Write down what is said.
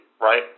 right